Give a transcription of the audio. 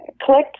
clicked